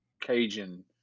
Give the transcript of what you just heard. Cajun